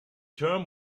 term